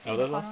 I don't know